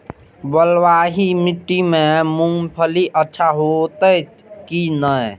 बलवाही माटी में मूंगफली अच्छा होते की ने?